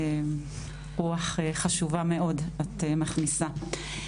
רוח חשובה מאוד את מכניסה.